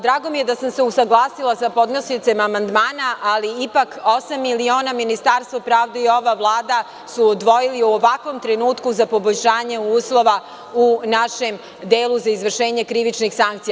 Drago mi je da sam se usaglasila sa podnosiocem amandmana, ali ipak osam miliona Ministarstvo pravde i ova vlada su odvojili u ovakvom trenutku za poboljšanje uslova u našem delu za izvršenje krivičnih sankcija.